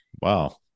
Wow